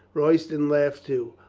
royston laughed too.